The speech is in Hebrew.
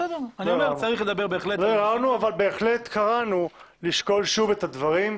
אבל בהחלט קראנו לשקול שוב את הדברים,